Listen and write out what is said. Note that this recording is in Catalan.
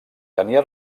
tenia